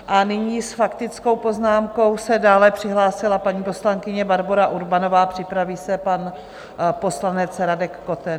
A nyní s faktickou poznámkou se dále přihlásila paní poslankyně Barbora Urbanová a připraví se pan poslanec Radek Koten.